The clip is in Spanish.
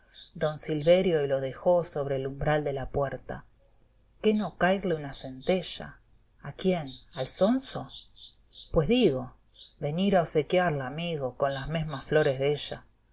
don silverio y lo dejó sobre el umbral de la puerta que no cairle una centella a quién al sonso pues digo venir a osequiarla amigo con las mesmas flores de ella